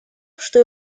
что